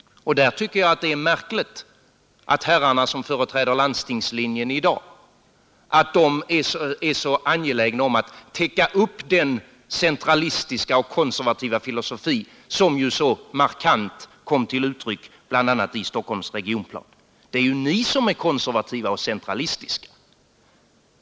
Och där tycker jag det är märkligt att herrarna som företräder landstingslinjen i dag är så angelägna om att täcka upp den centralistiska och konservativa filosofi som så markant kom till uttryck bl.a. i Stockholms regionplan. Det är ni som är konservativa och centralistiska.